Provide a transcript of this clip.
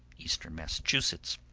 eastern massachusetts.